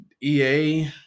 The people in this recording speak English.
EA